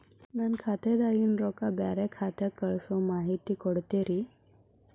ನನ್ನ ಖಾತಾದಾಗಿನ ರೊಕ್ಕ ಬ್ಯಾರೆ ಖಾತಾಕ್ಕ ಕಳಿಸು ಮಾಹಿತಿ ಕೊಡತೇರಿ?